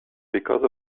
because